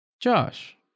Josh